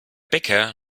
bäcker